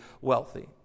wealthy